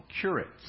Curate's